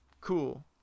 cool